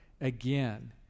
again